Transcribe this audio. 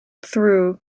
through